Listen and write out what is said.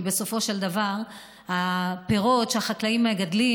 כי בסופו של דבר הפירות שהחקלאים מגדלים,